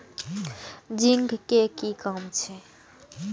Zinc के कि काम छै?